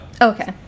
Okay